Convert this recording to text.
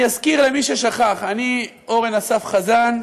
אני אזכיר למי ששכח: אני אורן אסף חזן,